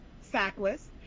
sackless